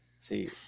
See